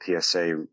PSA